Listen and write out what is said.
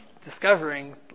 discovering